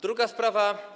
Druga sprawa.